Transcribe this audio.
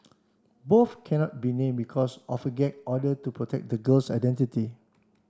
both cannot be named because of a gag order to protect the girl's identity